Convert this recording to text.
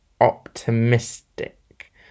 optimistic